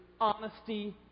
honesty